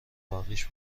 مابقیش